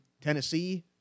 Tennessee